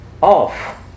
off